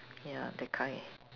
ya that kind